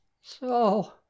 So